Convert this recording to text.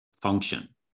function